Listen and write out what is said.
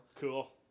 Cool